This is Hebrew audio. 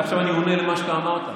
אבל עכשיו אני עונה על מה שאתה אמרת.